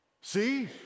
See